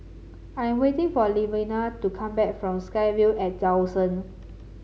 I am waiting for Levina to come back from SkyVille at Dawson